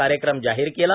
कार्यक्रम जाहीर केला